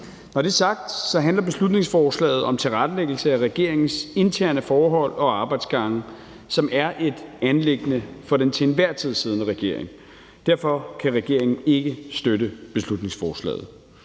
Når det er sagt, handler beslutningsforslaget om tilrettelæggelse af regeringens interne forhold og arbejdsgange, som er et anliggende for den til enhver tid siddende regering. Derfor kan regeringen ikke støtte beslutningsforslaget.